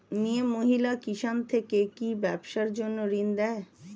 মিয়ে মহিলা কিষান থেকে কি ব্যবসার জন্য ঋন দেয়?